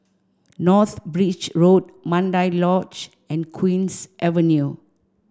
North Bridge Road Mandai Lodge and Queen's Avenue